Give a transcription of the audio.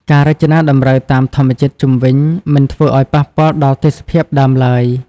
ការរចនាតម្រូវតាមធម្មជាតិជុំវិញ មិនធ្វើឱ្យប៉ះពាល់ដល់ទេសភាពដើមឡើយ។